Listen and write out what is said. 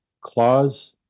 Clause